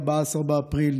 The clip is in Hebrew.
14 באפריל,